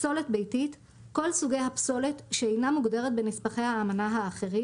"פסולת ביתית" כל סוגי הפסולת שאינה מוגדרת בנספחי האמנה האחרים,